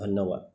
ধন্যবাদ